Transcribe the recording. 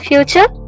Future